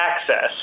access